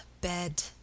bed